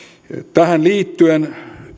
tähän liittyen